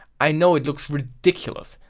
i know it looks redicolous,